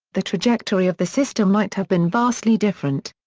the trajectory of the system might have been vastly different.